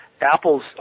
Apples